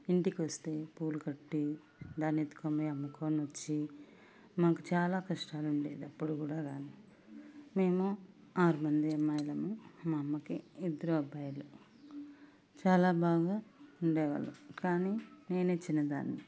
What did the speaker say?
ఇంటికొస్తే పూలు కట్టి దాన్నెత్తుకొని పోయి అమ్ముకొనొచ్చి మాకు చాలా కష్టాలుండేవి అప్పుడు కూడా కానీ మేము ఆరు మంది అమ్మాయిలము మా అమ్మకి ఇద్దరు అబ్బాయిలు చాలా బాగా ఉండేవాళ్ళం కానీ నేనే చిన్నదాన్ని